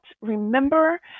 Remember